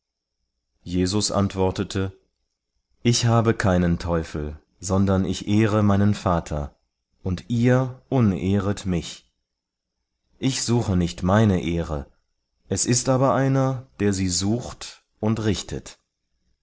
jesus antwortete ich habe keinen teufel sondern ich ehre meinen vater und ihr unehret mich ich suche nicht meine ehre es ist aber einer der sie sucht und richtet